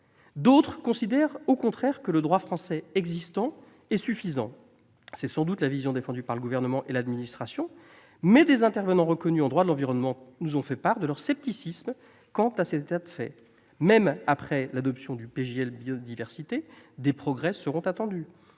D'autres considèrent au contraire que le droit français existant est suffisant. C'est sans doute la vision défendue par le Gouvernement et l'administration, mais des intervenants reconnus pour leurs compétences en droit de l'environnement nous ont fait part de leur scepticisme quant à cet état de fait. Même après l'adoption du projet de loi pour la reconquête de